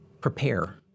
prepare